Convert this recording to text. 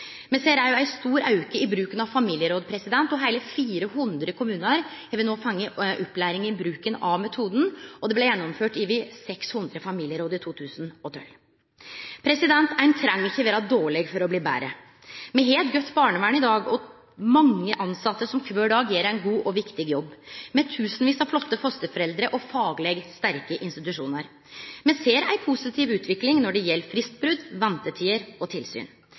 Me ser òg ein stor auke i bruken av familieråd, og heile 400 kommunar har no fått opplæring i bruken av metoden, og det blei gjennomført over 600 familieråd i 2012. Ein treng ikkje vere dårleg for å bli betre. Me har i dag eit godt barnevern med mange tilsette som kvar dag gjer ein god og viktig jobb – med tusenvis av flotte fosterforeldre og fagleg sterke institusjonar. Me ser ei positiv utvikling når det gjeld fristbrot, ventetider og tilsyn.